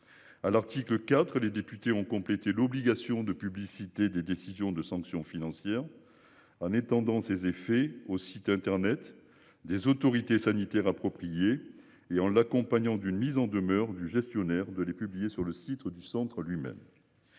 À l'article IV. Les députés ont complété l'obligation de publicité des décisions de sanctions financières. En étendant ses effets au site internet des autorités sanitaires. Appropriées et en l'accompagnant d'une mise en demeure du gestionnaire de les publier sur le site du Centre lui-même.